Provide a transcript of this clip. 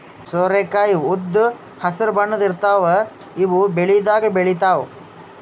ಸೋರೆಕಾಯಿ ಉದ್ದ್ ಹಸ್ರ್ ಬಣ್ಣದ್ ಇರ್ತಾವ ಇವ್ ಬೆಳಿದಾಗ್ ಬೆಳಿತಾವ್